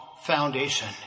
foundation